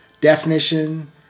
definition